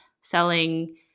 selling